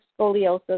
scoliosis